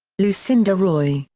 lucinda roy,